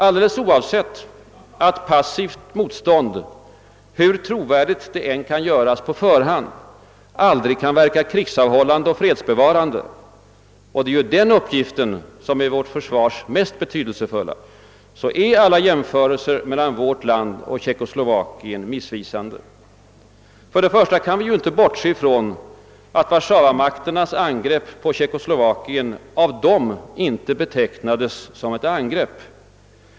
Alldeles oavsett att passivt motstånd, hur trovärdigt det än kan göras på förhand, aldrig kan verka krigsavhållande och fredsbevarande — och det är ju den uppgiften som är vårt försvars mest betydelsefulla — är alla jämförelser mellan vårt land och Tjeckoslovakien missvisande. För det första kan vi inte bortse från att Warszawamakternas angrepp på Tjeckoslovakien av dem inte betecknades som ett angrepp.